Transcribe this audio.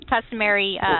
customary